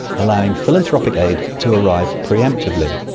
allowing philanthropic aid to arrive pre-emptively.